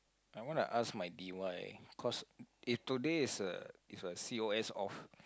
I wanna ask my d_y cause if today is a is a C O S off